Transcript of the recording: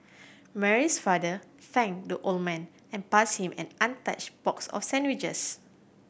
Mary's father thanked the old man and passed him an untouched box of sandwiches